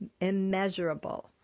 immeasurable